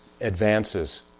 advances